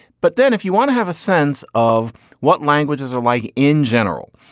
but then if you want to have a sense of what languages are like in general,